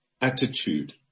attitude